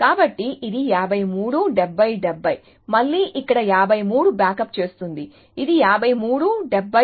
కాబట్టి ఇది 53 70 70 మళ్ళీ ఇక్కడ 53 బ్యాకప్ చేస్తుంది ఇది 53 70 60